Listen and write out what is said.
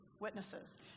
witnesses